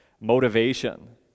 motivation